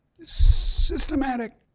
systematic